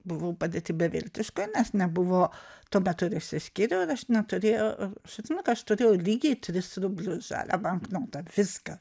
buvau padėty beviltiškoj nes nebuvo tuo metu ir išsiskyriau ir aš neturėjau aš atsimenu kad aš turėjau lygiai tris rublius žalią banknotą viskas